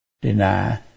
deny